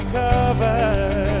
cover